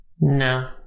No